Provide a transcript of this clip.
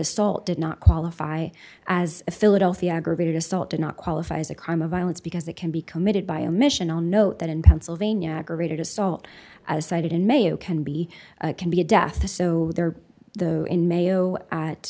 assault did not qualify as a philadelphy aggravated assault did not qualify as a crime of violence because it can be committed by omission on note that in pennsylvania aggravated assault as cited in may it can be can be a death so there though in mayo at